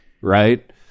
right